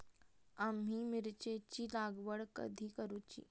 आम्ही मिरचेंची लागवड कधी करूची?